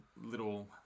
little